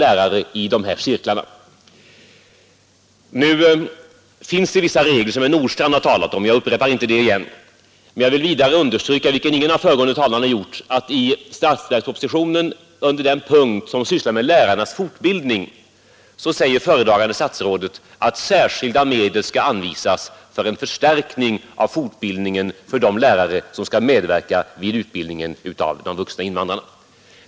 Herr Nordstrandh har talat om att det finns vissa regler och jag skall inte upprepa detta, men jag vill, vilket ingen av de föregående talarna gjort, understryka att i statsverkspropositionen under den punkt som sysslar med lärarnas fortbildning säger föredragande statsrådet att särskilda medel skall anvisas för en förstärkning av fortbildningen av de lärare som skall medverka vid utbildningen av de vuxna invandrarna.